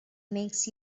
makes